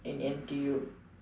in N_T_U